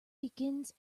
begins